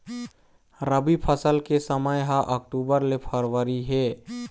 रबी फसल के समय ह अक्टूबर ले फरवरी हे